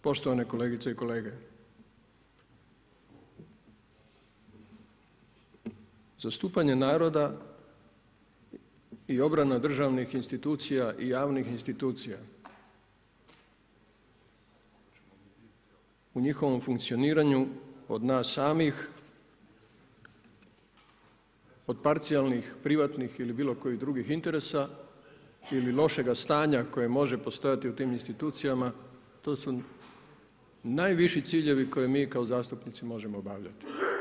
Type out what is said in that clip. Poštovane kolegice i kolege, zastupanje naroda i obranih državni institucija i javnih institucija u njihovom funkcioniranju od nas samih, od parcijalnih, privatnih ili bilo kojih drugih interesa, ili lošega stanja, koje može postojati u tim institucijama, to su najviši ciljevi koje mi kao zastupnici možemo obavljati.